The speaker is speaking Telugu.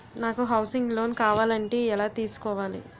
నాకు హౌసింగ్ లోన్ కావాలంటే ఎలా తీసుకోవాలి?